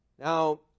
Now